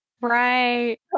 right